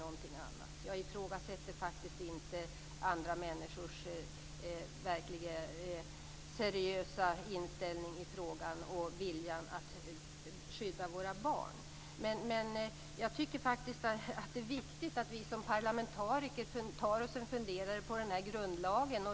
Jag ifrågasätter inte andra människors seriösa inställning i frågan och deras vilja att skydda våra barn. Jag tycker dock att det är viktigt att vi som parlamentariker tar oss en funderare på dessa grundlagar.